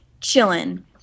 chilling